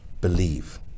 believe